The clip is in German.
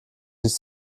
nicht